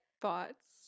thoughts